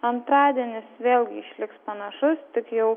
antradienis vėlgi išliks panašus tik jau